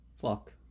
fuck